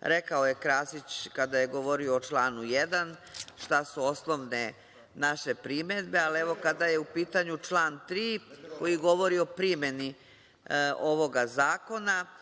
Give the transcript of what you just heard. Rekao je Krasić kada je govorio o članu 1. šta su osnovne naše primedbe, ali evo kada je u pitanju član 3. koji govori o primeni ovog zakona,